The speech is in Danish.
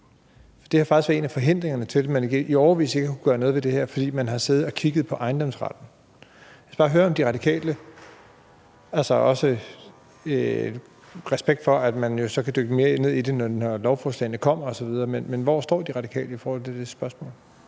Det har faktisk været en af forhindringerne; man har i årevis ikke kunnet gøre noget ved det her, fordi man har siddet og kigget på ejendomsretten. Med respekt for, at man jo så kan dykke mere ned i det, når lovforslagene kommer osv., vil jeg bare høre: Hvor står De Radikale i forhold til det spørgsmål?